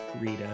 Rita